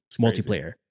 multiplayer